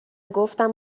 گفتم